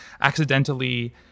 accidentally